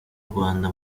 rwanda